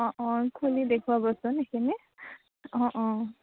অঁ অঁ খুলি দেখুৱাবচোন এইখিনি অঁ অঁ